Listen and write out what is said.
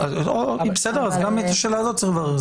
אז גם את השאלה הזאת צריך לברר.